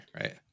Right